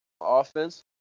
offense